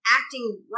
acting